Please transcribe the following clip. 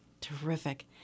Terrific